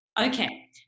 Okay